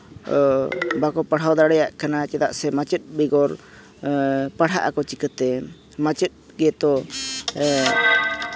ᱵᱟᱠᱚ ᱯᱟᱲᱦᱟᱣ ᱫᱟᱲᱮᱭᱟᱜ ᱠᱟᱱᱟ ᱪᱮᱫᱟᱜ ᱥᱮ ᱢᱟᱪᱮᱫ ᱵᱮᱜᱚᱨ ᱯᱟᱲᱦᱟᱜ ᱟᱠᱚ ᱪᱤᱠᱟᱹᱛᱮ ᱢᱟᱪᱮᱫ ᱜᱮᱛᱚ